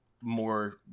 more